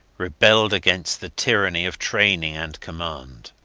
rebelled against the tyranny of training and command.